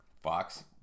fox